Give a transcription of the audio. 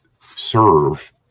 serve